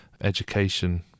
education